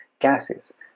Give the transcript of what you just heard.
gases